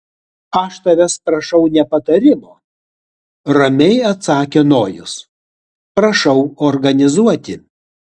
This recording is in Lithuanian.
aš tavęs prašau ne patarimo ramiai atsakė nojus prašau organizuoti